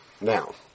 Now